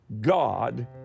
God